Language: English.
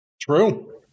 True